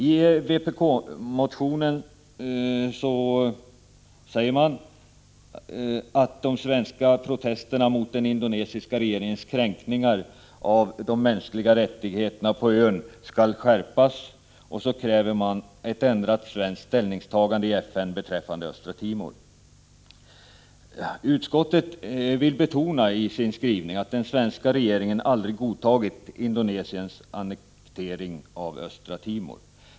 I vpk-motionen säger man att de svenska protesterna mot den indonesiska regeringens kränkningar av de mänskliga rättigheterna på ön skall skärpas, och så kräver man ett ändrat svenskt ställningstagande i FN beträffande Östra Timor. Utskottet vill betona att den svenska regeringen aldrig godtagit Indonesiens annektering av Östra Timor.